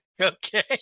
Okay